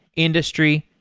industry,